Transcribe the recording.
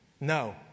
No